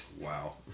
Wow